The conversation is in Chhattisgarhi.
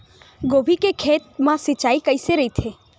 गोभी के खेत मा सिंचाई कइसे रहिथे?